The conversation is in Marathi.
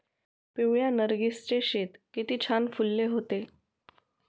पिवळ्या नर्गिसचे शेत किती छान फुलले होते